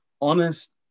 honest